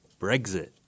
Brexit